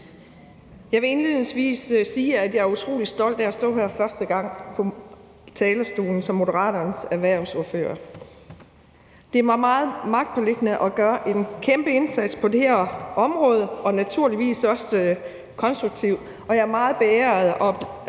Jeg vil indledningsvis sige, at jeg er utrolig stolt af at stå her på talerstolen første gang som Moderaternes erhvervsordfører. Det er mig meget magtpåliggende at gøre en kæmpe og naturligvis også konstruktiv